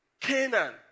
Canaan